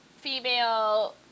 female